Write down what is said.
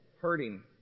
hurting